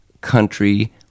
country